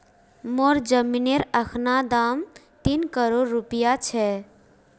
मोर जमीनेर अखना दाम तीन करोड़ रूपया छ